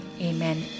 Amen